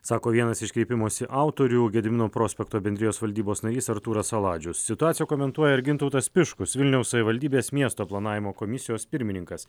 sako vienas iš kreipimosi autorių gedimino prospekto bendrijos valdybos narys artūras saladžius situaciją komentuoja ir gintautas tiškus vilniaus savivaldybės miesto planavimo komisijos pirmininkas